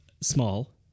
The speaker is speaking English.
small